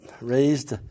raised